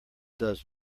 does